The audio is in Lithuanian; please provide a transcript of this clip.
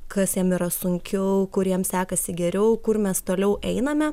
kas jam yra sunkiau kur jam sekasi geriau kur mes toliau einame